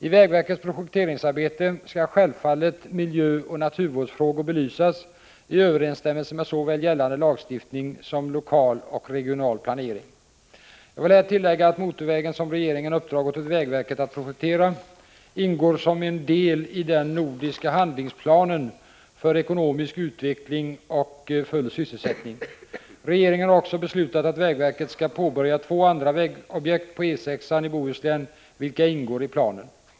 I vägverkets projekteringsarbete skall självfallet miljöoch naturvårdsfrågor belysas i överensstämmelse med såväl gällande lagstiftning som lokal och regional planering. Jag vill här tillägga att motorvägen, som regeringen uppdragit åt vägverket att projektera, ingår som en del i den nordiska handlingsplanen för ekonomisk utveckling och full sysselsättning. Regeringen har också beslutat att vägverket skall påbörja två andra vägobjekt på E 6-an i Bohuslän vilka ingår i planen.